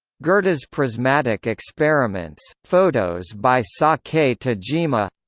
goethe's prismatic experiments fotos by sakae tajima